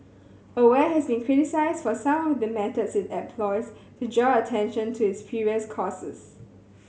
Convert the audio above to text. aware has been criticised for some of the methods it employs to draw attention to its previous causes